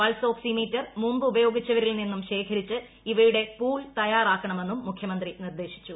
pulse oximeter മുമ്പ് ഉപയോഗിച്ചവരിൽ നിന്നും ശേഖരിച്ച് ഇവയുടെ പൂൾ തയ്യാറാക്കണമെന്നും മുഖ്യമന്ത്രി നിർദ്ദേശിച്ചു